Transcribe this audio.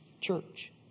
church